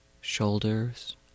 Shoulders